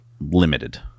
limited